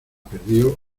perdió